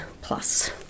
plus